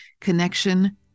connection